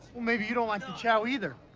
well maybe you don't like the chow either.